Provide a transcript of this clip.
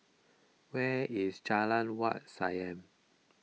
where is Jalan Wat Siam